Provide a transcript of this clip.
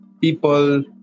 people